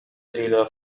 إلى